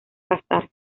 casar